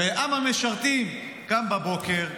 עם המשרתים קם בבוקר,